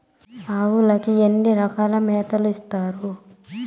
ఆవులకి ఎన్ని రకాల మేతలు ఇస్తారు?